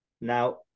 Now